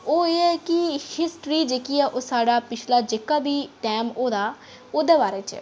ओह् एह् ऐ कि हिस्ट्री जेह्की ऐ ओह् साढ़ा पिछला जेह्का बी टैम होए दा ओह्दे बारे च ऐ